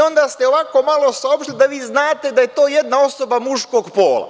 Onda ste ovako malo saopštili da vi znate da je to jedna osoba muškog pola.